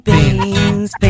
Beans